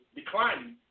declining